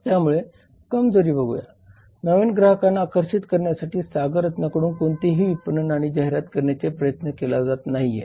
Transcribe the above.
त्यामुळे कमजोरी बघूया नवीन ग्राहकांना आकर्षित करण्यासाठी सागर रत्नकडून कोणतेही विपणन आणि जाहिरात करण्याचा प्रयत्न केला जात नाहीये